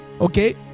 Okay